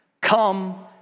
come